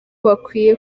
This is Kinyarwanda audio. bakwiye